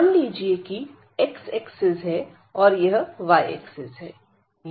मान लीजिए कि यह x एक्सिस है और यह y एक्सिस है